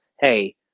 Hey